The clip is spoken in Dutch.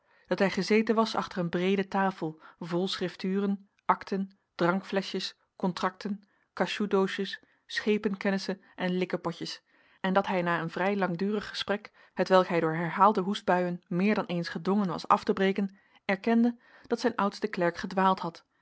dat hij gezeten was achter een breede tafel vol schrifturen akten drankfleschjes contracten cachoutdoosjes schepenkennissen en likkepotjes en dat hij na een vrij langdurig gesprek hetwelk hij door herhaalde hoestbuien meer dan eens gedwongen was af te breken erkende dat zijn oudste klerk gedwaald had